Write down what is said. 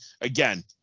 again